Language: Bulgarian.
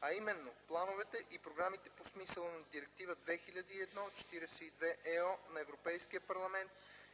а именно плановете и програмите по смисъла на Директива 2001/42/ЕО на Европейския парламент